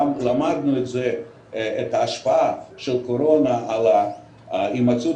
גם למדנו את ההשפעה של הקורונה על הימצאות